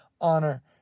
honor